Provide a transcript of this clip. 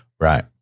Right